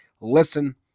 Listen